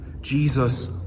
Jesus